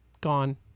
Gone